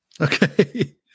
Okay